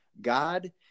God